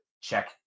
check